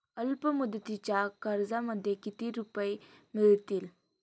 अल्पमुदतीच्या कर्जामध्ये किती रुपये मिळतील?